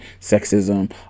sexism